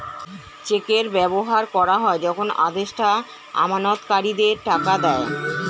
চেকের ব্যবহার করা হয় যখন আদেষ্টা আমানতকারীদের টাকা দেয়